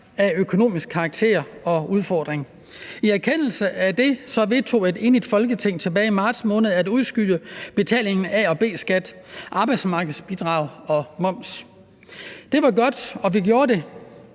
har økonomiske udfordringer. I erkendelse af det vedtog et enigt Folketing tilbage i marts måned, at man kunne udskyde betalingen af A- og B-skat, arbejdsmarkedsbidrag og moms. Det var godt, vi gjorde det,